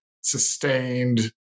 sustained